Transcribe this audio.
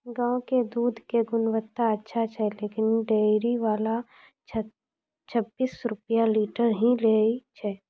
गांव के दूध के गुणवत्ता अच्छा छै लेकिन डेयरी वाला छब्बीस रुपिया लीटर ही लेय छै?